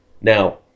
Now